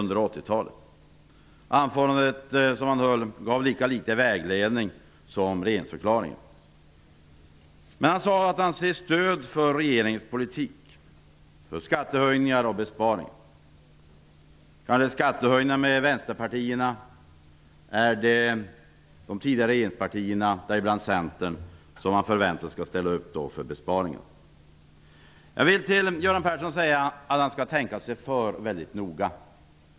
Det anförande han höll gav lika litet vägledning som regeringsförklaringen. Han sade att han ser stöd för regeringens politik, för skattehöjningar och besparingar. Blir det skattehöjningar med Vänsterpartiet, och är det de tidigare regeringspartierna, däribland Centern, som man förväntar sig skall ställa upp på besparingarna? Jag vill till Göran Persson säga att han skall tänka sig för väldigt noga.